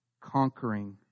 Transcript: Conquering